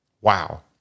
Wow